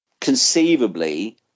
conceivably